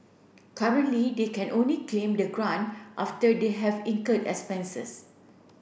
currently they can only claim the grant after they have incurred expenses